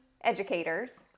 educators